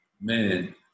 man